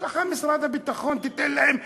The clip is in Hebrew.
יש לך משרד הביטחון, תיתן להם מיליונים.